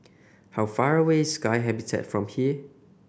how far away is Sky Habitat from here